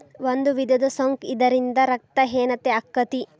ಒಂದು ವಿಧದ ಸೊಂಕ ಇದರಿಂದ ರಕ್ತ ಹೇನತೆ ಅಕ್ಕತಿ